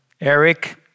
Eric